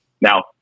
Now